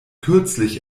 kürzlich